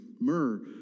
myrrh